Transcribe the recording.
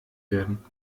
werden